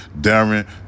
Darren